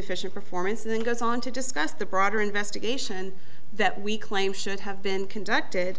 deficient performance and then goes on to discuss the broader investigation that we claim should have been conducted